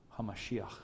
HaMashiach